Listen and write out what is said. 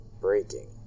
breaking